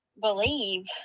believe